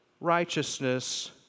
righteousness